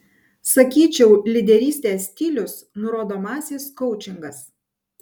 sakyčiau lyderystės stilius nurodomasis koučingas